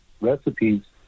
recipes